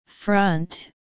Front